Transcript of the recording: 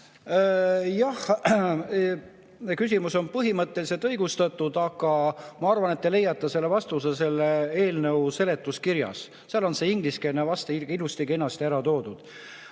Jah! Küsimus on põhimõtteliselt õigustatud, aga ma arvan, et te leiate selle vastuse eelnõu seletuskirjast. Seal on ingliskeelne vaste ilusti-kenasti ära toodud.